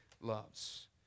loves